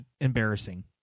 Embarrassing